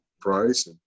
price